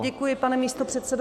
Děkuji, pane místopředsedo.